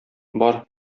бар